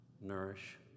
nourish